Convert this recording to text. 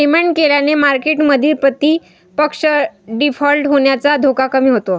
payment केल्याने मार्केटमधील प्रतिपक्ष डिफॉल्ट होण्याचा धोका कमी होतो